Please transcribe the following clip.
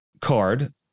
card